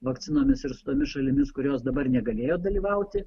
vakcinomis ir su tomis šalimis kurios dabar negalėjo dalyvauti